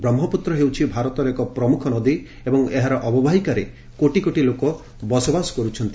ବ୍ରହ୍ମପୁତ୍ର ହେଉଛି ଭାରତର ଏକ ପ୍ରମ୍ରଖ ନଦୀ ଏବଂ ଏହାର ଅବବାହିକାରେ କୋଟି କୋଟି ଲୋକ ବାସ କର୍ଛନ୍ତି